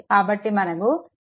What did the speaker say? కాబట్టి మనకు i1 0